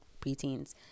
preteens